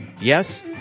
Yes